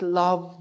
love